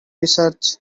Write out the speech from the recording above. research